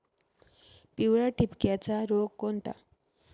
पिवळ्या ठिपक्याचा रोग कोणता?